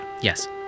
Yes